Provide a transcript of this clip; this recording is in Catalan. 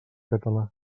català